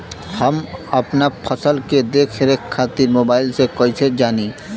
हम अपना फसल के देख रेख खातिर मोबाइल से कइसे जानी?